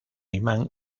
imán